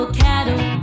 cattle